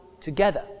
together